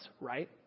right